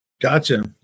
Gotcha